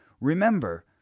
remember